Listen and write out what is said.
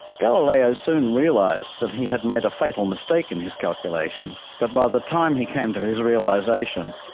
galileo soon realized that he had made a fatal mistake in his calculations, but by the time he came to his realization,